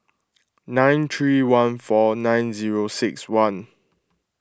nine three one four nine zero six one